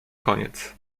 koniec